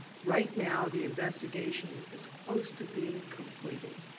right now the investigation is close to being completed.